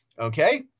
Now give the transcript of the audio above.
Okay